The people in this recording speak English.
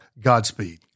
Godspeed